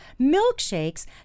milkshakes